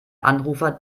anrufer